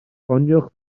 ffoniwch